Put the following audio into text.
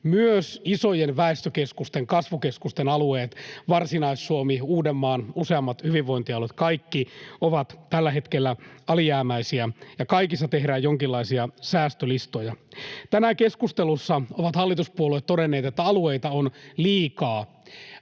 Myös isojen väestökeskusten kasvukeskusten alueet — Varsinais-Suomi, Uudenmaan useammat hyvinvointialueet — ovat kaikki tällä hetkellä alijäämäisiä, ja kaikissa tehdään jonkinlaisia säästölistoja. Tänään keskustelussa ovat hallituspuolueet todenneet, että alueita on liikaa,